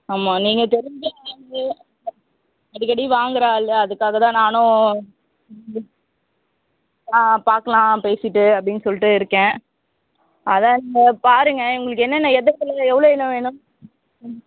ஆமாம் நீங்கள் தெரிஞ்சவங்க வந்து அடிக்கடி வாங்கிற ஆளு அதுக்காக தான் நானும் அதான் பார்க்கலாம் பேசிட்டு அப்படின்னு சொல்லிட்டு இருக்கேன் அதான் நீங்கள் பாருங்கள் உங்களுக்கு என்னென்ன எவ்வளோ செலவு எவ்வளோ இன்னும் வேணும் ம்